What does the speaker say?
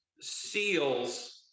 seals